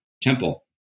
temple